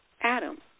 Adam